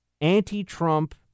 anti-Trump